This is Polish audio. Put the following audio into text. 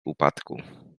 upadku